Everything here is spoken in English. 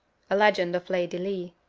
a legend of lady lee